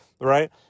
right